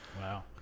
wow